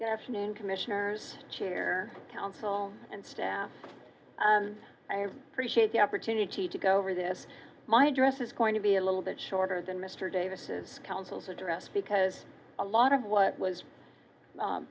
good afternoon commissioners chair counsel and staff i appreciate the opportunity to go over this my address is going to be a little bit shorter than mr davis counsel's address because a lot of what was